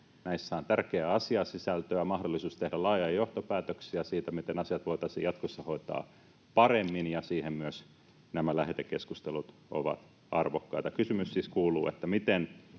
Näissä on tärkeää asiasisältöä ja mahdollisuus tehdä laajoja johtopäätöksiä siitä, miten asiat voitaisiin jatkossa hoitaa paremmin, ja siihen myös nämä lähetekeskustelut ovat arvokkaita. Kysymys siis kuuluu, miten